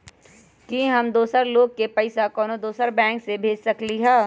कि हम दोसर लोग के पइसा कोनो दोसर बैंक से भेज सकली ह?